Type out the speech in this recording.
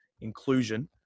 inclusion